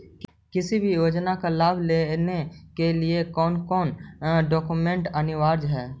किसी भी योजना का लाभ लेने के लिए कोन कोन डॉक्यूमेंट अनिवार्य है?